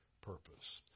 purpose